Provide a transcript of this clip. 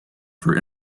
for